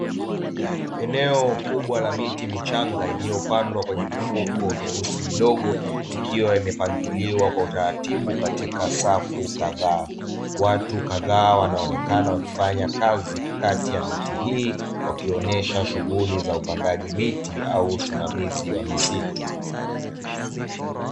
Eneo kubwa la miti michanga iliyopandwa kwenye mifuko mieusi midogo, ikiwa imepangiliwa kwa utaratibu katika safu kadhaa; watu kadhaa wanaonekana wakifanya kazi kati ya miti, hii wakionyesha shughuli za upandaji miti au usimamizi wa misitu.